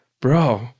bro